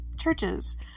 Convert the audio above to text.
churches